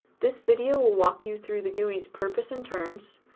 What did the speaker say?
this video will walk you through the gui's purpose in terms,